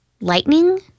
Lightning